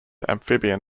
amphibian